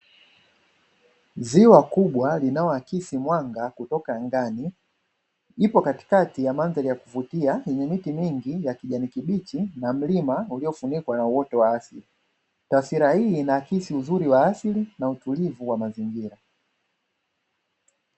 Ziwa kubwa linaloakisi mwanga kutoka angani, ipo katikati ya mandhari ya kuvutia yenye miti mingi ya kijani kibichi na mlima uliofunikwa na uoto wa asili. Taswira hii inaakisi uzuri wa asili na utulivu wa mazingira.